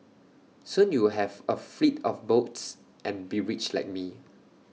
soon you'd have A fleet of boats and be rich like me